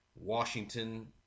Washington